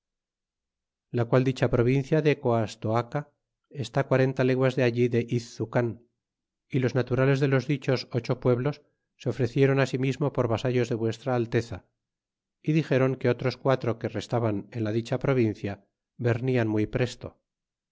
la qual dicha provincia de coastoaca está quarenta le guas de alli de izzucan los naturales de los dichos ocho pusblos se ofrecieron asimismo por vasallos de vuestra alteza dieron que otros quatro que restabais en la dicha provincia yerman muy presto